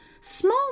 small